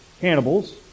cannibals